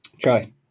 Try